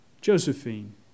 Josephine